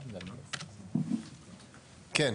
כן.